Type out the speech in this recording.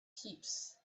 heaps